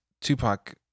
Tupac